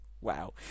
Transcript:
Wow